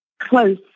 close